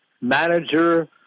manager